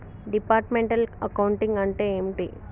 Departmental accounting అంటే ఏమిటి?